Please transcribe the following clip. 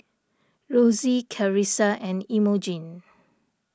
Rosey Karissa and Imogene